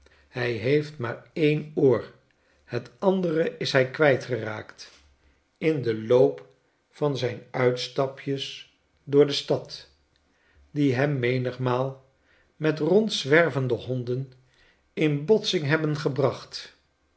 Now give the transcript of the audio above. hij heeft maar een oor het andere is hij kwijt geraakt in den loop van zijn uitstapjes door de stad die hem menigmaal met rondzwervende honden in botsing hebben gebracht